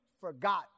forgot